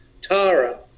Tara